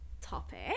topic